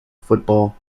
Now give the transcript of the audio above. football